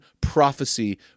prophecy